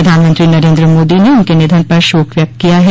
प्रधानमंत्री नरेन्द्र मोदी ने उनके निधन पर शोक व्यक्त किया है